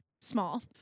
Small